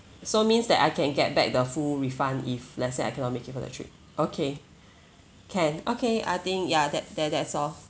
so means that I can get back the full refund if let's say I cannot make it for the trip okay can okay I think ya that that that's all